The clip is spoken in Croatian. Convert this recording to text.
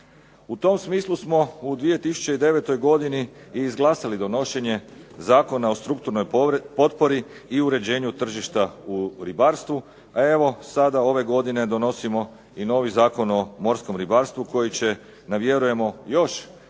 U tom smislu smo u 2009. godini izglasali donošenje Zakona o strukturnoj potpori i uređenju tržišta u ribarstvu, a evo sada ove godine donosimo i novi Zakon o morskom ribarstvu koji će na vjerujemo još